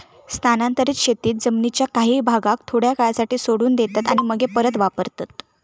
स्थानांतरीत शेतीत जमीनीच्या काही भागाक थोड्या काळासाठी सोडून देतात आणि मगे परत वापरतत